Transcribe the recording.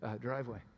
driveway